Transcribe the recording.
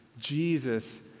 Jesus